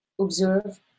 observe